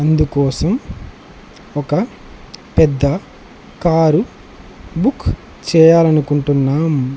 అందుకోసం ఒక పెద్ద కారు బుక్ చేయాలని అనుకుంటున్నాము